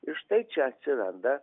ir štai čia atsiranda